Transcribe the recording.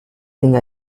thing